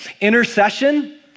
Intercession